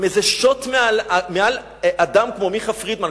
עם איזה שוט מעל אדם כמו מיכה פרידמן,